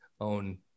own